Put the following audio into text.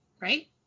right